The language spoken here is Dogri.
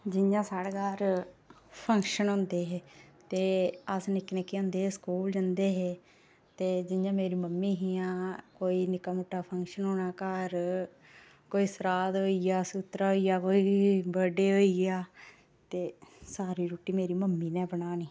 जि'यां साढ़े घर फंक्शन होंदे हे ते अस निक्के निक्के होंदे हे ते स्कूल जंदे हे ते जि'यां मेरी मम्मी हियां निक्का मुट्टा फंक्शन होना घर कोई सराध होइया सूत्तरा होइया कोई ते प्ही बर्थडे होइया सारी रुट्टी मेरी मम्मी नै बनानी